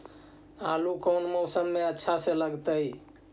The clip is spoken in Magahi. आलू कौन मौसम में अच्छा से लगतैई?